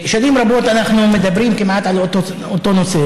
שנים רבות אנחנו מדברים כמעט על אותו נושא.